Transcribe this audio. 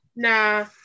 Nah